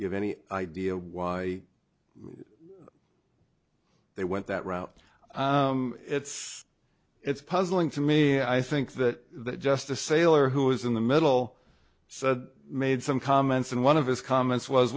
you have any idea why they went that route it's it's puzzling to me i think that just a sailor who was in the middle said made some comments and one of his comments was